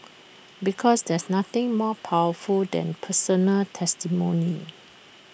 because there is nothing more powerful than personal testimony